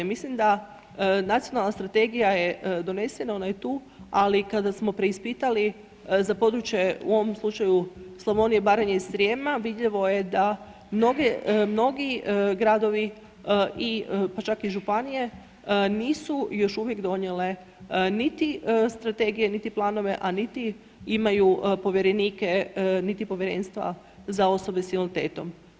Mislim da nacionalna strategija je donesena, ona je tu, ali kada smo preispitali za područje, u ovom slučaju Slavonije, Baranje i Srijema, vidljivo je da mnogi gradovi i, pa čak i županije, nisu još uvijek donijele niti strategije, niti planove, a niti imaju povjerenike, niti povjerenstva za osobe s invaliditetom.